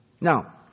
Now